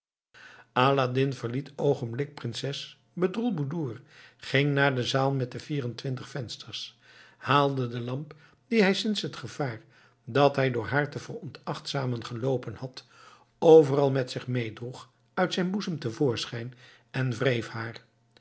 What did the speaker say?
aladdin verliet oogenblikkelijk prinses bedroelboedoer ging naar de zaal met de vier en twintig vensters haalde de lamp die hij sinds het gevaar dat hij door haar te veronachtzamen geloopen had overal met zich meedroeg uit zijn boezem te voorschijn en wreef haar